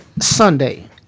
Sunday